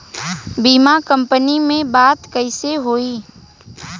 बीमा कंपनी में बात कइसे होई?